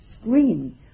screen